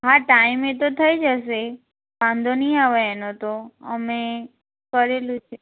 હા ટાઈમે તો થઈ જશે વાંધો નહીં આવે એનો તો અમે કરેલું છે